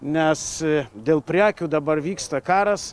nes dėl prekių dabar vyksta karas